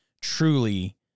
truly